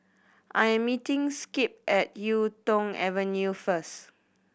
I'm meeting Skip at Yuk Tong Avenue first